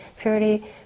purity